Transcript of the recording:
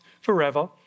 forever